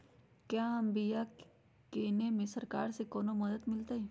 क्या हम बिया की किने में सरकार से कोनो मदद मिलतई?